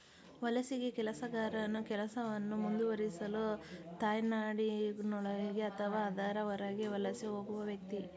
ವಲಸಿಗ ಕೆಲಸಗಾರನು ಕೆಲಸವನ್ನು ಮುಂದುವರಿಸಲು ತಾಯ್ನಾಡಿನೊಳಗೆ ಅಥವಾ ಅದರ ಹೊರಗೆ ವಲಸೆ ಹೋಗುವ ವ್ಯಕ್ತಿ